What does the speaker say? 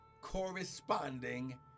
corresponding